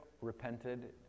repented